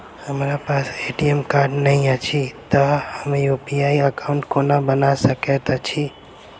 हमरा पास ATM card नहि अछि तए हम यु.पी.आई एकॉउन्ट कोना बना सकैत छी